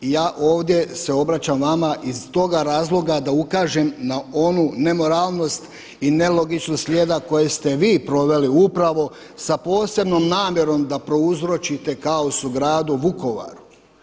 I ja ovdje se obraćam vama iz toga razloga da ukažem na onu nemoralnost i nelogičnost slijeda koju ste vi proveli upravo sa posebnom namjerom da prouzročite kaos u gradu Vukovaru.